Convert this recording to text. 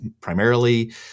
primarily